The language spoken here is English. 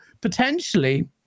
potentially